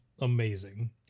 amazing